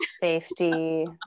safety